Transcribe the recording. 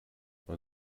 man